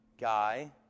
...guy